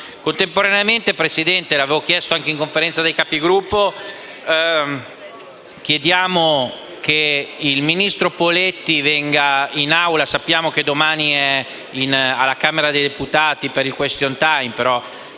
Contemporaneamente, Presidente, come avevo chiesto anche in Conferenza dei Capigruppo, chiediamo che il ministro Poletti venga in Assemblea. Sappiamo che domani è alla Camera dei deputati per il *question time*, però